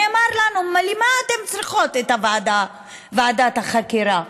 נאמר לנו: למה אתן צריכות את ועדת החקירה?